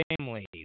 families